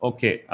Okay